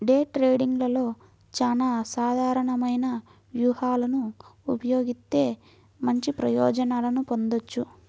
day ట్రేడింగ్లో చానా అసాధారణమైన వ్యూహాలను ఉపయోగిత్తే మంచి ప్రయోజనాలను పొందొచ్చు